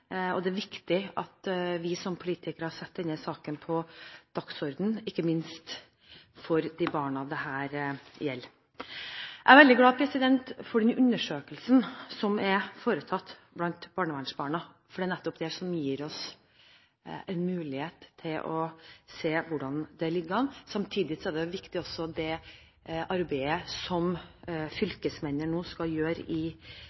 saken. Det er viktig at vi som politikere setter denne saken på dagsordenen, ikke minst for de barna dette gjelder. Jeg er veldig glad for den undersøkelsen som er foretatt blant barnevernsbarna, for det er nettopp det som gir oss en mulighet til å se hvordan det ligger an. Samtidig er det arbeidet som fylkesmennene i